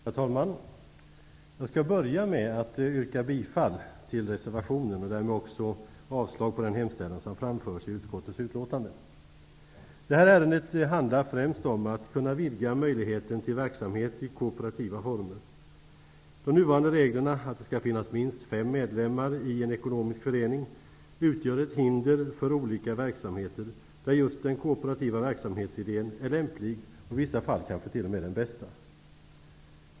Herr talman! Jag skall börja med att yrka bifall till reservationen och därmed också avslag på den hemställan som framförs i utskottets betänkande. Det här ärendet handlar främst om att man skall kunna vidga möjligheten att bedriva verksamhet i kooperativa former. De nuvarande reglerna om att det skall finnas minst fem medlemmar i en ekonomisk förening utgör ett hinder för olika verksamheter där just den kooperativa verksamhetsidén är lämplig och i vissa fall kanske t.o.m. den bästa.